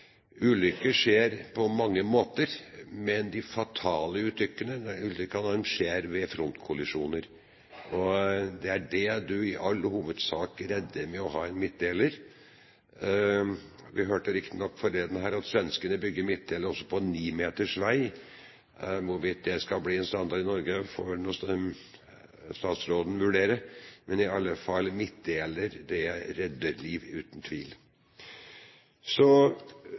ulykker skjer på mange måter, men de fatale ulykkene skjer ved frontkollisjoner. Og det er det man i all hovedsak unngår ved å ha midtdeler. Vi hørte riktignok forleden at svenskene bygger midtdeler også på en ni meter bred vei. Hvorvidt det skal bli en standard i Norge, får statsråden vurdere, men i alle fall: Midtdeler redder liv, uten tvil. Så